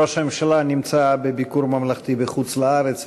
ראש הממשלה נמצא בביקור ממלכתי בחוץ-לארץ,